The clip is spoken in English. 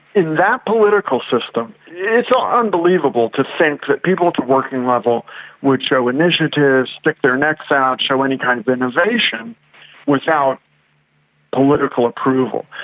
in that political system yeah it's not ah unbelievable to think that people's working level would show initiative, stick their necks out, show any kind of innovation without political approval.